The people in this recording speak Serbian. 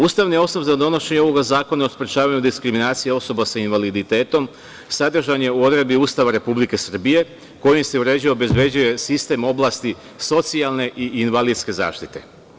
Ustavni osnov za donošenje ovog zakona o sprečavanju diskriminacije osoba sa invaliditetom sadržan je u odredbi Ustava Republike Srbije koji se uređuje, obezbeđuje sistem oblasti socijalne i invalidske zaštite.